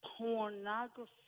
Pornography